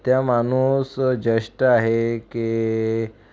त्या माणूस ज्येष्ठ आहे की